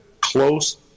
close